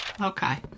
Okay